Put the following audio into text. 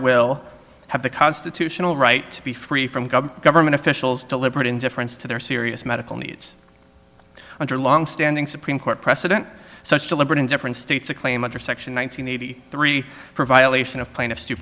will have the constitutional right be free from government officials deliberate indifference to their serious medical needs under longstanding supreme court precedent such deliberate in different states a claim under section one nine hundred eighty three for violation of plaintiff's